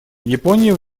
япония